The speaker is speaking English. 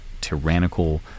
tyrannical